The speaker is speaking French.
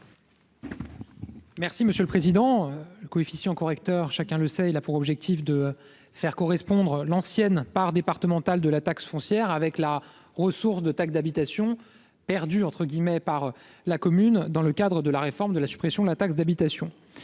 ? Chacun le sait, le coefficient correcteur a pour objectif de faire correspondre l'ancienne part départementale de la taxe foncière avec la ressource de taxe d'habitation « perdue » par la commune dans le cadre de la réforme de la suppression de la taxe d'habitation.